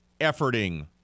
efforting